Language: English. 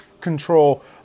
control